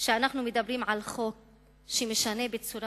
שאנחנו מדברים על חוק שמשנה בצורה